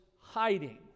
hiding